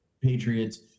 Patriots